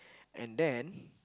and then